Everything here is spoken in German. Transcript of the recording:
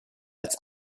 als